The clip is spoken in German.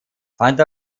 fand